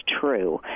true